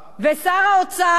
איפה ראש הממשלה?